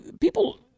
people